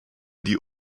die